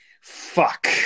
Fuck